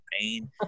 pain